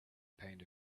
pound